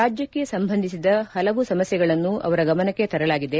ರಾಜ್ಯಕ್ಷೆ ಸಂಬಂಧಿಸಿದ ಪಲವು ಸಮಸ್ಯೆಗಳನ್ನು ಅವರ ಗಮನಕ್ಕೆ ತರಲಾಗಿದೆ